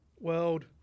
world